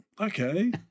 Okay